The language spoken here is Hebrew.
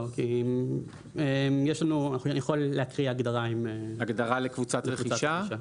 אני יכול להקריא הגדרה לקבוצת רכישה.